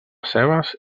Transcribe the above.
cebes